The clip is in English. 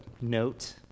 note